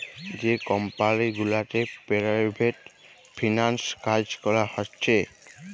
যে কমপালি গুলাতে private freelance কাজ ক্যরা হছে